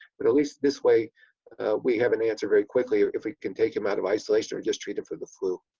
but at least this way we have an answer very quickly if we can take him out of isolation or just treat him for the flu.